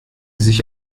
sich